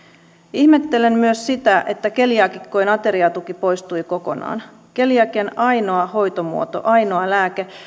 ihmettelen myös sitä että keliaakikkojen ateriatuki poistui kokonaan keliakian ainoa hoitomuoto ainoa lääke